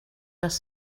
les